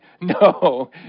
No